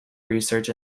research